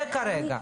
זה כרגע.